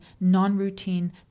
non-routine